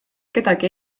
kedagi